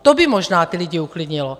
To by možná ty lidi uklidnilo.